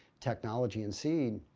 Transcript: technology and seed.